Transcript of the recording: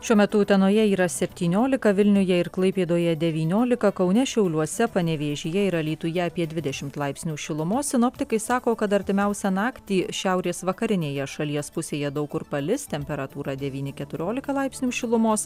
šiuo metu utenoje yra septyniolika vilniuje ir klaipėdoje devyniolika kaune šiauliuose panevėžyje ir alytuje apie dvidešimt laipsnių šilumos sinoptikai sako kad artimiausią naktį šiaurės vakarinėje šalies pusėje daug kur palis temperatūra devyni keturiolika laipsnių šilumos